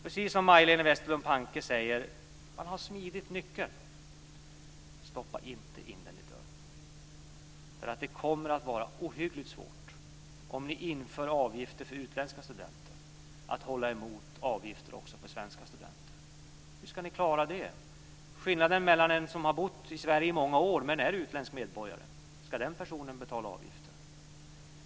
Precis som Majléne Westerlund Panke säger har man smidit nyckeln, men stoppa inte in den i dörren! Om ni inför avgifter för utländska studenter blir det ohyggligt svårt att stå emot ett införande av avgifter också för svenska studenter. Hur ska ni klara det? En person som har bott i Sverige i många år, men som är utländsk medborgare, ska han betala avgift?